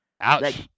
Ouch